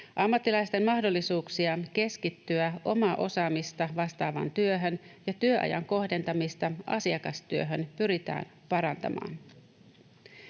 Ammattilaisten mahdollisuuksia keskittyä omaa osaamista vastaavaan työhön ja työajan kohdentamista asiakastyöhön pyritään parantamaan.